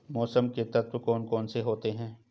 मौसम के तत्व कौन कौन से होते हैं?